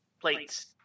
plates